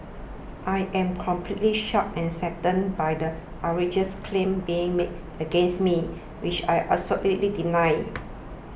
I'm completely shocked and saddened by the outrageous claims being made against me which I absolutely deny